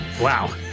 wow